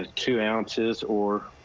ah two ounces or